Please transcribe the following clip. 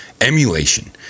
emulation